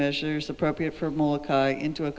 measures appropriate for into a